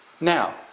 Now